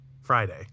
Friday